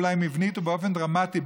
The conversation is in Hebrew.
אולי מבנית ובאופן דרמטי,